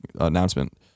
announcement